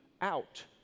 out